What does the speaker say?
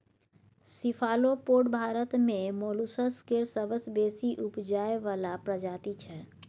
cephalopod Bharat मे molluscs केर सबसँ बेसी उपजाएल जाइ बला प्रजाति छै